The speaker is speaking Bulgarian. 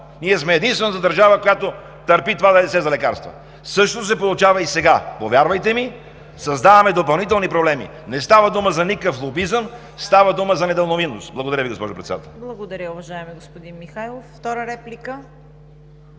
Ние сме единствената държава, която търпи това да е все за лекарства. Същото се получава и сега. Повярвайте ми, създаваме допълнителни проблеми. Не става дума за никакъв лобизъм. Става дума за недалновидност. Благодаря Ви, госпожо Председател.